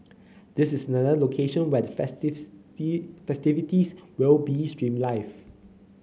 this is another location where the the festivities will be streamed live